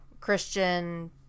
Christian